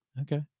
Okay